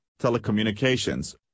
telecommunications